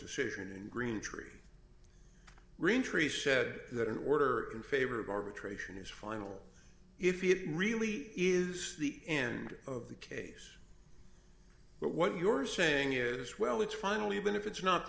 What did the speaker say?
decision and greentree raintree said that an order in favor of arbitration is final if it really is the end of the case but what you're saying is well it's final even if it's not